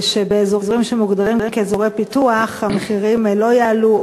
ושבאזורים שמוגדרים כאזורי פיתוח המחירים לא יעלו,